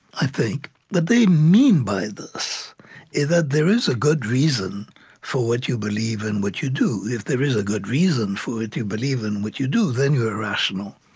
i think, what they mean by this is that there is a good reason for what you believe and what you do. if there is a good reason for it, you believe in what you do, then you are rational.